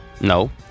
No